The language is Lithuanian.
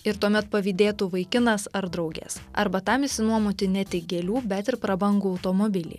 ir tuomet pavydėtų vaikinas ar draugės arba tam išsinuomoti ne tik gėlių bet ir prabangų automobilį